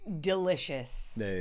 delicious